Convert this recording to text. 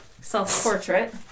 Self-portrait